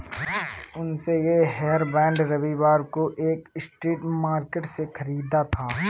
उसने ये हेयरबैंड रविवार को एक स्ट्रीट मार्केट से खरीदा था